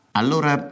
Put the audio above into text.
allora